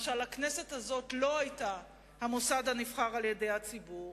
משל הכנסת הזאת לא היתה המוסד הנבחר על-ידי הציבור?